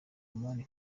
mon